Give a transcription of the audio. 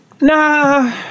nah